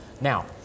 Now